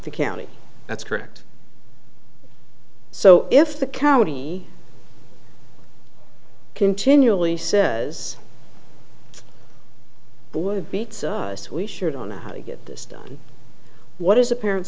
the county that's correct so if the county continually says beat us we sure don't know how to get this done what is a parent